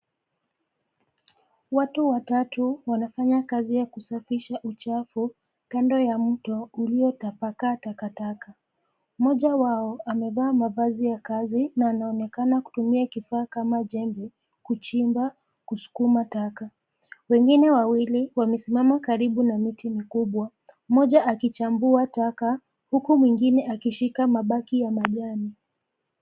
Watu watatu wanafanya kazi ya kusafisha uchafu kando ya mto uliyotapakaa takataka. Mmoja wao, amevaa mavazi ya kazi na anaonekana kutumia kifaa kama jembe kuchimba kusukuma taka, wengine wawili wamesimama karibu na miti mikubwa, mmoja akichambua taka huku mwengine akishika mabaki ya majani.